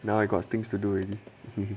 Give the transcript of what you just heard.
now I got things to do already